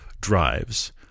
drives